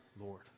Lord